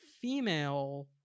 female